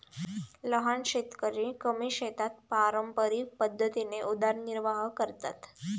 लहान शेतकरी कमी शेतात पारंपरिक पद्धतीने उदरनिर्वाह करतात